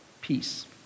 Peace